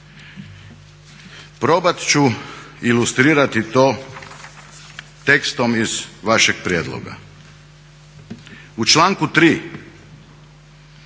Probati ću ilustrirati to tekstom iz vašeg prijedloga. U članku 3.